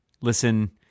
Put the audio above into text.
listen